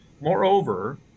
Moreover